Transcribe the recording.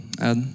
add